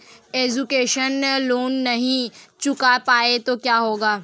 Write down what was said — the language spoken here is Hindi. एजुकेशन लोंन नहीं चुका पाए तो क्या होगा?